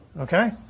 okay